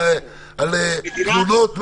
על תלונות מאנשים,